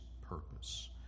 purpose